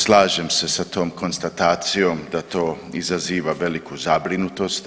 Slažem se sa tom konstatacijom da to izaziva veliku zabrinutost.